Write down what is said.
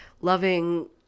loving